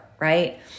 right